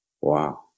wow